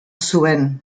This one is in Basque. zuten